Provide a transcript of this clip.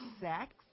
sex